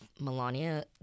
Melania